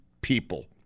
people